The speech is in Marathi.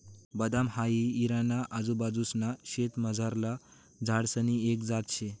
बदाम हाई इराणा ना आजूबाजूंसना देशमझारला झाडसनी एक जात शे